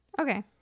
Okay